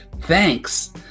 thanks